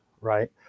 right